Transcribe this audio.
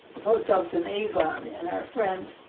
the post office in avon and our friend